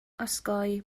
osgoi